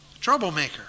Troublemaker